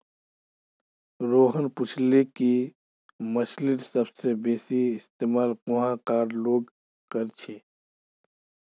रोहन पूछले कि मछ्लीर सबसे बेसि इस्तमाल कुहाँ कार लोग कर छे